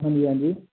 ਹਾਂਜੀ ਹਾਂਜੀ